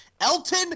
Elton